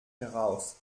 heraus